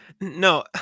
no